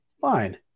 fine